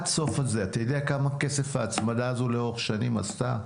אתה יודע כמה כסף ההצמדה הזו לאורך שנים עשתה?